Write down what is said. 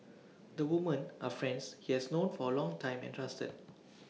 the women are friends he has known for A long time and trusted